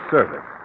Service